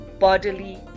bodily